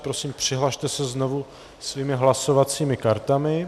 Prosím, přihlaste se znovu svými hlasovacími kartami.